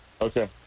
Okay